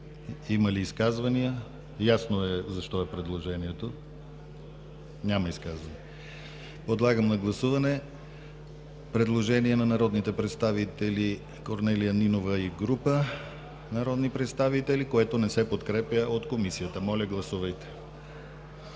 Има ли изказвания? Ясно е защо е предложението. Няма изказвания. Подлагам на гласуване предложение на народните представители Корнелия Нинова и група народни представители, което не се подкрепя от Комисията. Гласували